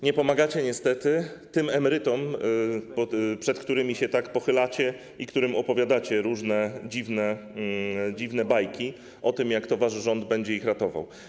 Nie pomagacie niestety tym emerytom, przed którymi się tak pochylacie i którym opowiadacie różne dziwne bajki o tym, jak to wasz rząd będzie ich ratował.